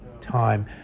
time